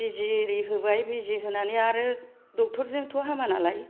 बिजि एरि होबाय बिजि होनानै आरो डक्ट'रजोंथ' हामा नालाय